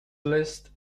list